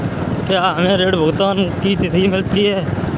क्या हमें ऋण भुगतान की तिथि मिलती है?